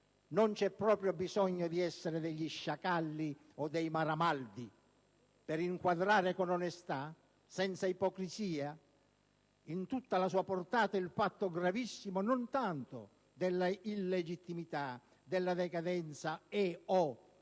non c'è proprio bisogno di essere degli sciacalli o dei maramaldi per inquadrare con onestà, senza ipocrisie, in tutta la sua portata, il fatto gravissimo non tanto della illegittimità, della decadenza e/o